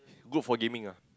good for gaming ah